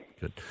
Good